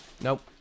Nope